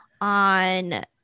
on